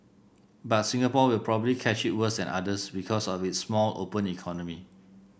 but Singapore will probably catch it worse than others because of its small open economy